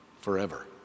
forever